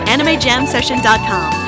AnimeJamSession.com